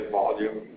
volume